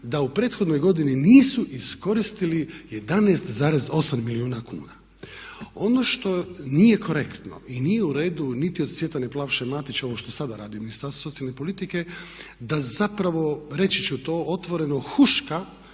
da u prethodnoj godini nisu iskoristili 11,8 milijuna kuna. Ono što i nije korektno i nije u redu niti od Svjetlane Plavše Matić ovo što sada radi u Ministarstvu socijalne politike da zapravo reći ću to otvoreno huška